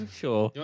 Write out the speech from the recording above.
sure